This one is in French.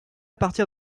partir